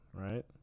right